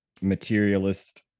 materialist